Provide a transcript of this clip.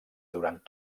durant